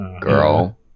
Girl